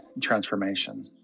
transformation